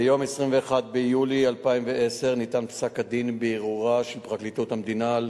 ביום 21 ביולי 2010 ניתן פסק-הדין בערעורה של פרקליטות המדינה על